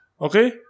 okay